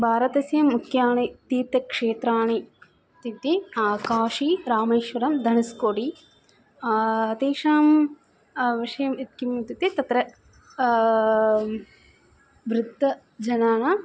भारतस्य मुख्याणि तीर्थक्षेत्राणि इत्युक्ते काशी रामेश्वरं धनुस्कोडि तेषां विषये किम् इत्युक्ते तत्र वृद्धजनानाम्